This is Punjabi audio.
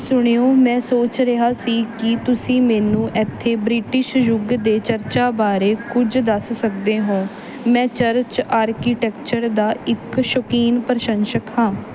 ਸੁਣਿਓ ਮੈਂ ਸੋਚ ਰਿਹਾ ਸੀ ਕੀ ਤੁਸੀਂ ਮੈਨੂੰ ਇੱਥੇ ਬ੍ਰਿਟਿਸ਼ ਯੁੱਗ ਦੇ ਚਰਚਾ ਬਾਰੇ ਕੁਝ ਦੱਸ ਸਕਦੇ ਹੋ ਮੈਂ ਚਰਚ ਆਰਕੀਟੈਕਚਰ ਦਾ ਇੱਕ ਸ਼ੌਕੀਨ ਪ੍ਰਸ਼ੰਸਕ ਹਾਂ